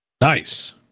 Nice